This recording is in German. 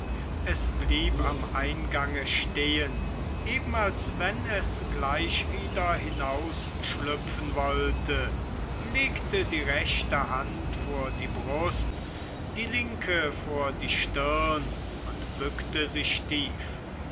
es blieb am eingange stehen eben als wenn es gleich wieder hinausschlüpfen wollte legte die rechte hand vor die brust die linke vor die stirn und bückte sich tief